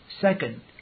Second